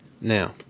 Now